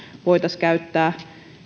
voitaisiin käyttää